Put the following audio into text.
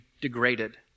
degraded